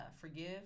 forgive